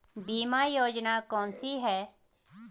बीमा योजना कौन कौनसी हैं?